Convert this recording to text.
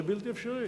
זה בלתי אפשרי.